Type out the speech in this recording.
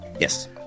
Yes